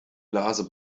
blase